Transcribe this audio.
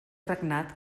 regnat